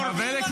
חבריי,